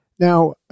Now